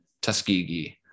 Tuskegee